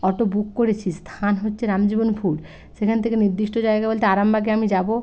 auto book করেছি স্থান হচ্ছে রামজীবনপুর সেখান থেকে নির্দিষ্ট জায়গা বলতে আরামবাগে আমি যাব